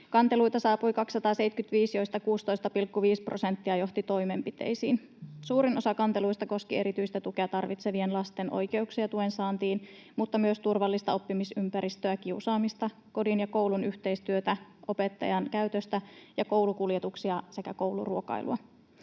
Kanteluita saapui 275, joista 16,5 prosenttia johti toimenpiteisiin. Suurin osa kanteluista koski erityistä tukea tarvitsevien lasten oikeuksia tuen saantiin, mutta myös turvallista oppimisympäristöä, kiusaamista, kodin ja koulun yhteistyötä, opettajan käytöstä ja koulukuljetuksia sekä kouluruokailua.